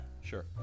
Sure